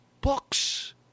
books